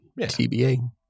TBA